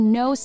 no